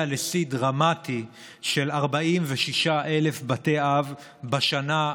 הגיעה לשיא דרמטי של 46,000 בתי אב בשנה,